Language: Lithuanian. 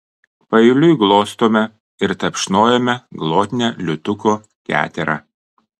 paeiliui glostome ir tapšnojame glotnią liūtuko keterą